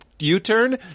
U-turn